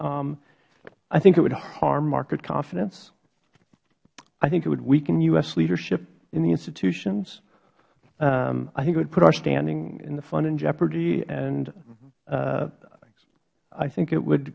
funding i think it would harm market confidence i think it would weaken u s leadership in the institutions i think it would put our standing in the fund in jeopardy and i think it would